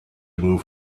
move